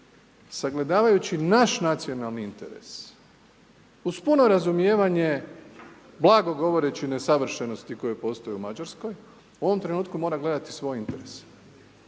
sagledavajući naš nacionalni interes uz puno razumijevanje, blago govoreći nesavršenosti koje postoje u Mađarskoj, u ovom trenutku mora gledati svoj interes.